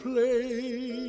play